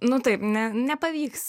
nu taip ne nepavyks